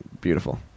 beautiful